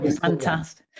fantastic